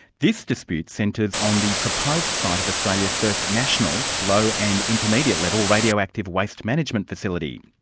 this dispute centres on the proposed site of australia's first national, low and intermediate level, radioactive waste management facility.